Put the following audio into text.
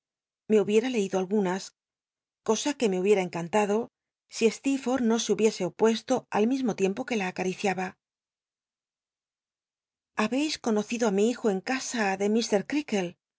me huhiera leido algunas cosa que me hubiera encantado si slccl'forlh no se hubiese opuesto al mismo tiempo fiucia acal'iciaba llabci conociclo i rni hijo rn casa de